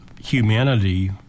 humanity